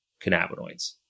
cannabinoids